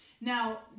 Now